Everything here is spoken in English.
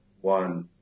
one